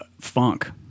funk